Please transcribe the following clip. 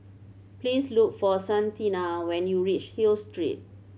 please look for Santina when you reach Hill Street